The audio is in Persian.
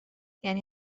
یعنی